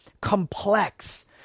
complex